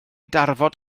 darfod